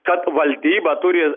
kad valdyba turi